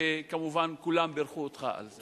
וכמובן כולם בירכו אותך על זה.